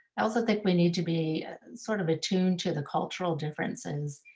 i also think we need to be sort of attuned to the cultural differences,